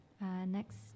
Next